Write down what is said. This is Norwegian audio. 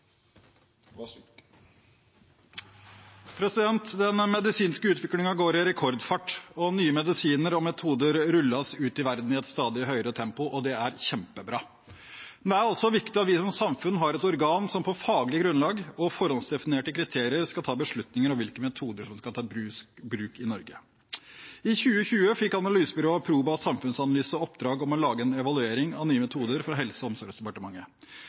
til. Den medisinske utviklingen går i rekordfart, og nye medisiner og metoder rulles ut i verden i et stadig høyere tempo. Det er kjempebra. Men det er også viktig at vi som samfunn har et organ som på faglig grunnlag og ut fra forhåndsdefinerte kriterier skal ta beslutninger om hvilke metoder som skal tas i bruk i Norge. I 2020 fikk analysebyrået Proba samfunnsanalyse et oppdrag om å lage en evaluering av systemet for Nye metoder for Helse- og omsorgsdepartementet.